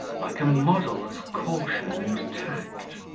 like a model of caution and tact.